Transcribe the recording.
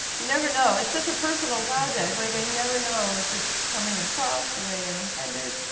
you never know, it's such a personal project. like i never know if it's coming across the way i intended.